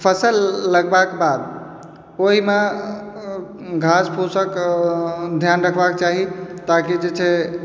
फसल लगबाके बाद ओहिमे घास फूसक ध्यान रखबाके चाही ताकि जे छै